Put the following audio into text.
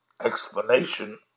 explanation